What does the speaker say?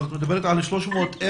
את מדברת על 300,000?